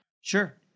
Sure